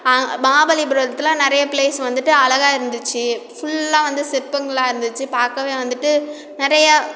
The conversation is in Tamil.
மஹாபலிபுரத்தில் நிறைய ப்ளேஸ் வந்துட்டு அழகாக இருந்துச்சு ஃபுல்லாக வந்து சிற்பங்களாக இருந்துச்சு பார்க்கவே வந்துட்டு நிறையா